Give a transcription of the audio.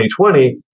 2020